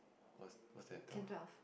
what's what's there at twelve